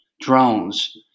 drones